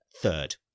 third